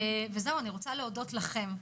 אני רוצה להודות לכם.